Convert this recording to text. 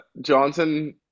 Johnson